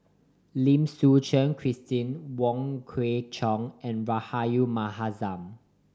Lim Suchen Christine Wong Kwei Cheong and Rahayu Mahzam